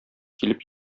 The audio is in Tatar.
килеп